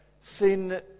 sin